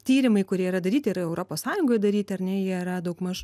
tyrimai kurie yra daryti ir europos sąjungoj daryti ar ne jie yra daugmaž